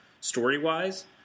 story-wise